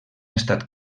estat